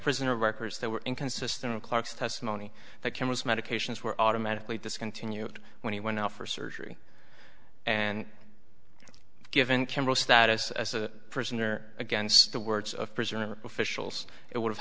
prison records that were inconsistent in clarke's testimony that cameras medications were automatically discontinued when he went out for surgery and given campbell status as a prisoner against the words of prisoner officials it would